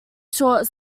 short